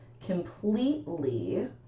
completely